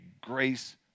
grace